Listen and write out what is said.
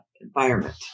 environment